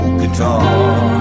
guitar